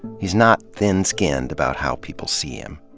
he's not thin skinned about how people see him.